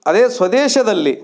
ಅದೇ ಸ್ವದೇಶದಲ್ಲಿ